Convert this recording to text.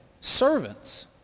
Servants